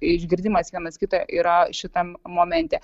išgirdimas vienas kito yra šitam momente